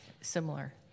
similar